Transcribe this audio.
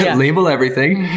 label everything.